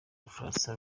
bufaransa